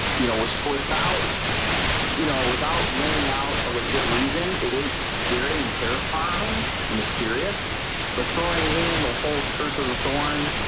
you know ah so without you know without laying out a legit reason it is scary and terrifying mysterious but throwing in the whole curse of the thorn.